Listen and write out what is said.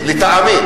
אופיר,